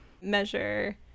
measure